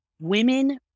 women